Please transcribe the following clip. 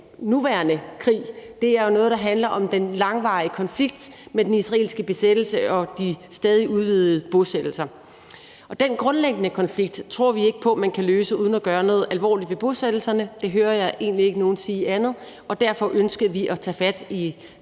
nuværende krig. Det er jo noget, der handler om den langvarige konflikt med den israelske besættelse og de stadig udvidede bosættelser. Og den grundlæggende konflikt tror vi ikke på man kan løse uden at gøre noget alvorligt ved bosættelserne. Der hører jeg egentlig ikke nogen sige andet, og derfor ønskede vi at tage fat i